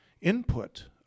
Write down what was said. input